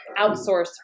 outsource